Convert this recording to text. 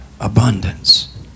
abundance